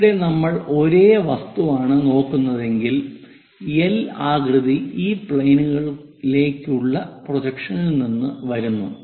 ഇവിടെ നമ്മൾ ഒരേ വസ്തുവാണ് നോക്കുന്നതെങ്കിൽ എൽ ആകൃതി ഈ പ്ലെയിനിലേക്കുള്ള പ്രൊജക്ഷനിൽ നിന്ന് വരുന്നു